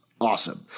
Awesome